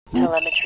Telemetry